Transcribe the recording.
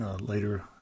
later